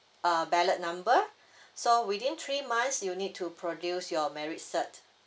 uh ballot number so within three months you need to produce your marry cert